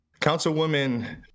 Councilwoman